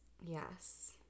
Yes